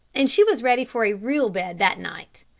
and she was ready for a real bed that night.